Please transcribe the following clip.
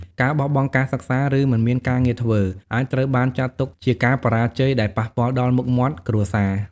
ការបោះបង់ការសិក្សា ឬមិនមានការងារធ្វើ អាចត្រូវបានចាត់ទុកជាការបរាជ័យដែលប៉ះពាល់ដល់មុខមាត់គ្រួសារ។